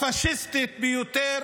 הפשיסטית ביותר,